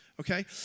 Okay